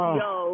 yo